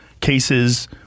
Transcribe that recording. cases